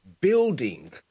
building